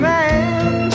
Man